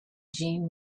jean